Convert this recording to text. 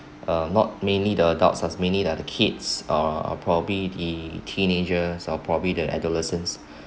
uh not mainly the adults mainly that the kids uh are probably the teenagers or probably the adolescence